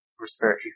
respiratory